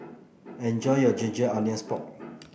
enjoy your Ginger Onions Pork